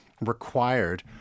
required